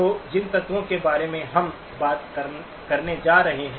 तो जिन तत्वों के बारे में हम बात करने जा रहे हैं